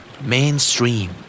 Mainstream